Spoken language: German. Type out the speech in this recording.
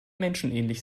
menschenähnlich